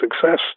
success